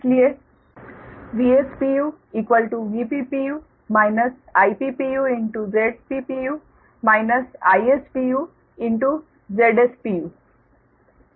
इसलिए Vs pu Vp pu Ip puZppu Is puZs pu है